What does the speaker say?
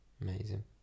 amazing